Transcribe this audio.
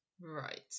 Right